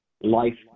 life